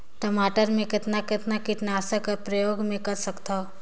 टमाटर म कतना कतना कीटनाशक कर प्रयोग मै कर सकथव?